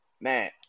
Man